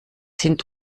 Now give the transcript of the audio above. sind